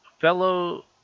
fellow